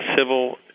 civil